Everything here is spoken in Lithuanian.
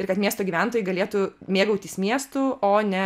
ir kad miesto gyventojai galėtų mėgautis miestu o ne